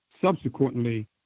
Subsequently